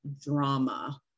drama